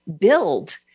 build